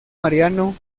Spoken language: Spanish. mariano